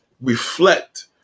reflect